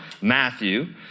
Matthew